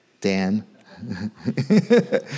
Dan